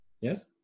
yes